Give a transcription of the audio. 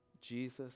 Jesus